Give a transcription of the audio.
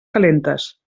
calentes